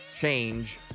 change